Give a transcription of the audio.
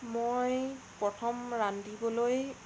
মই প্ৰথম ৰান্ধিবলৈ